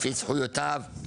לפי זכויותיו,